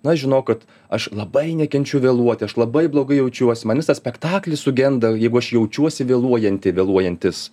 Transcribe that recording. na žinok kad aš labai nekenčiu vėluoti aš labai blogai jaučiuosi man visas spektaklis sugenda jeigu aš jaučiuosi vėluojanti vėluojantis